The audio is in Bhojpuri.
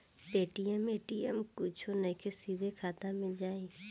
पेटीएम ए.टी.एम कुछो नइखे, सीधे खाता मे जाई